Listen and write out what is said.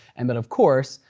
and than of course,